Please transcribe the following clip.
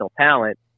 talent